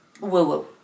woo-woo